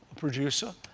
producer,